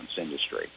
industry